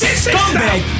scumbag